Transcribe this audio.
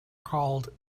called